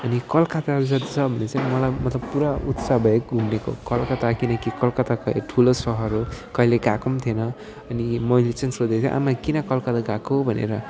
अनि कलकत्ता जाँदैछ भन्दा चाहिँ मलाई मतलब पुरा उत्साह भयो घुम्नेको कलकत्ता किनकि कलकत्ता ठुलो सहर हो कहिले गएको पनि थिएन अनि मैले चाहिँ सोधेँ के आमा किन कलकत्ता गएको भनेर